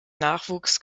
nachwuchs